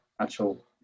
actual